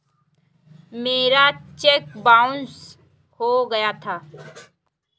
मेरा cheque bounce हो गया था